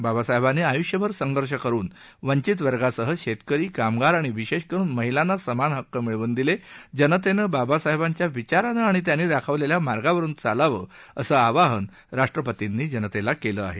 बाबासाहेबांनी आयुष्यभर संघर्ष करुन वंचित वर्गासह शेतकरी कामगार आणि विशेष करून महिलांना समान हक्क मिळवून दिले जनतेनं बाबासाहेबांच्या विचारानं आणि त्यांनी दाखवलेल्या मार्गावरून चालावं असं आवाहन राष्ट्रपतींनी जनतेला केलं आहे